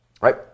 right